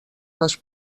les